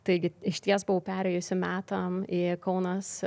taigi išties buvau perėjusi metam į kaunas